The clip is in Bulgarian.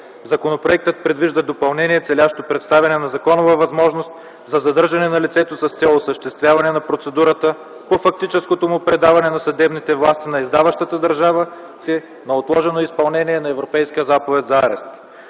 Законопроектът предвижда допълнение, целящо предоставяне на законова възможност за задържане на лицето с цел осъществяване на процедурата по фактическото му предаване на съдебните власти на издаващата държава в случаите на отложено изпълнение на Европейската заповед за арест.